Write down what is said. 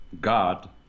God